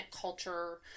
culture